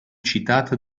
citata